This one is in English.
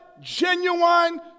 genuine